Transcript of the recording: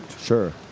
Sure